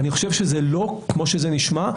אני חושב שזה לא כמו שזה נשמע,